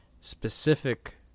specific